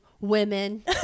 women